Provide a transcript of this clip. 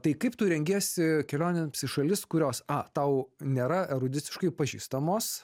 tai kaip tu rengiesi kelionėms į šalis kurios a tau nėra erudiciškai pažįstamos